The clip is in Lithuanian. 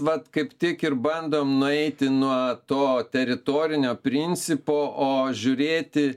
vat kaip tik ir bandom nueiti nuo to teritorinio principo o žiūrėti